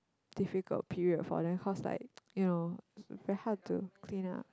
difficult period for them cause like you know very hard to clean up